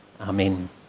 Amen